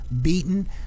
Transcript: beaten